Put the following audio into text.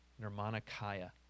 Nirmanakaya